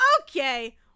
okay